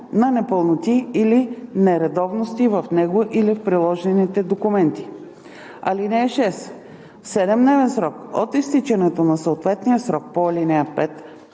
на непълноти или нередовности в него или в приложените документи. (6) В 7-дневен срок от изтичането на съответния срок по ал. 5